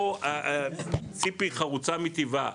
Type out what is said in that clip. ציפי חרוצה מטבעה,